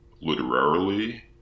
literarily